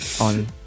on